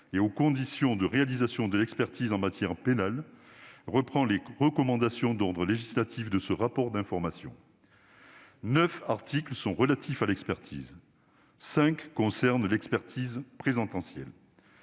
et aux conditions de réalisation de l'expertise en matière pénale reprend les recommandations d'ordre législatif figurant dans ce rapport d'information. Neuf articles portent sur l'expertise ; cinq concernent l'expertise présentencielle.